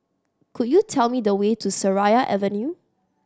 could you tell me the way to Seraya Avenue